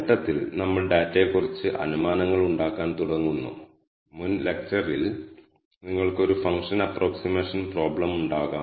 csv ൽ നിന്ന് നമ്മൾ വേർതിരിച്ചെടുത്ത ഡാറ്റ ഫ്രെയിമിന്റെ ഘടന നോക്കാം